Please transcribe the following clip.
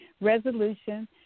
resolution